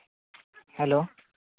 hello